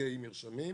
בהעתקי מרשמים,